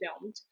filmed